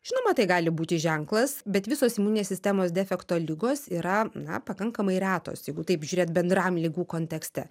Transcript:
žinoma tai gali būti ženklas bet visos imuninės sistemos defekto ligos yra na pakankamai retos jeigu taip žiūrėt bendram ligų kontekste